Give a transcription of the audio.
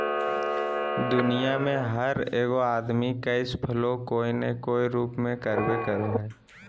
दुनिया में हर एगो आदमी कैश फ्लो कोय न कोय रूप में करबे करो हइ